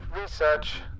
research